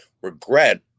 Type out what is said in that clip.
regret